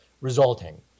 resulting